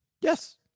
Yes